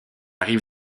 rive